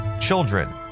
Children